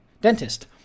dentist